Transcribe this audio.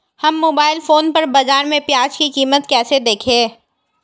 हम mobile phone पर बाज़ार में प्याज़ की कीमत कैसे देखें?